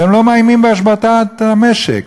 והם לא מאיימים בהשבתת המשק,